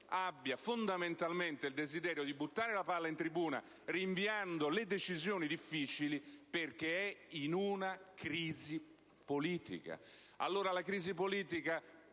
abbia fondamentalmente il desiderio di buttare la palla in tribuna, rinviando le decisioni difficili, perché è in una crisi politica.